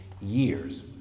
years